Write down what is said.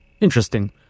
Interesting